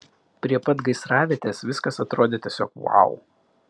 prie pat gaisravietės viskas atrodė tiesiog vau